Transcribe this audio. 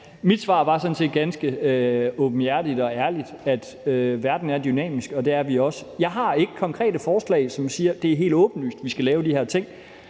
var sådan set ganske åbenhjertigt og ærligt, nemlig at verden er dynamisk, og at det er vi også. Jeg har ikke konkrete forslag, hvor jeg siger: Det er helt åbenlyst, at vi skal lave de her ting.